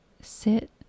sit